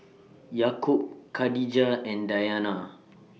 Yaakob Khadija and Dayana